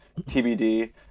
TBD